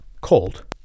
cold